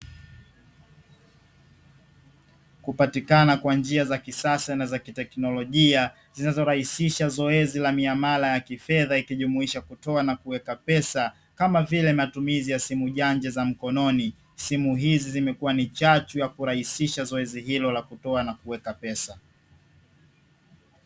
Kupatikana kwa njia za kisasa na za kiteknolojia zinazorahisisha zoezi la miamala ya kifedha ikijumuisha kutoa na kuweka pesa kama vile matumizi ya simu janja za mkononi, simu hizi zimekuwa ni chachu ya kurahisisha zoezi hilo la kutoa na kuweka pesa.